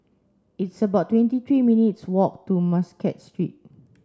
it's about twenty three minutes' walk to Muscat Street